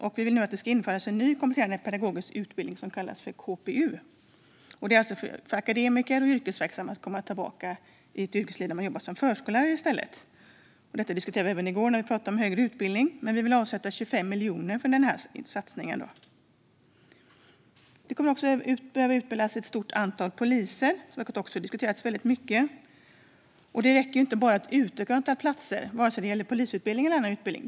Vi vill nu att det ska info ̈ras en ny kompletterande pedagogisk utbildning, som kallas för KPU, fo ̈r att akademiker och yrkesverksamma ska kunna komma tillbaka i ett yrkesliv och jobba som förskollärare i stället. Detta diskuterade vi även i går när vi pratade om högre utbildning. Vi moderater vill avsätta 25 miljoner till denna satsning. Det kommer att behöva utbildas ett stort antal poliser, vilket också har diskuterats mycket. Det räcker inte att bara utöka antalet platser vare sig det gäller polisutbildning eller annan utbildning.